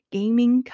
Gaming